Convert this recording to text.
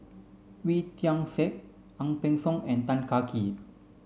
Wee Tian Siak Ang Peng Siong and Tan Kah Kee